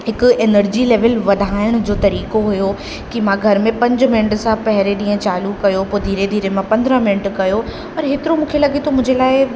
हिकु energy level वधाइण जो तरीक़ो हुओ कि मां घर में पंज मिंट सां पहिरें ॾींहं चालू कयो हुओ पोइ धीरे धीरे मां पंद्रहं मिंट कयो पर हेतिरो मूंखे लॻे थो मुंहिंजे लाइ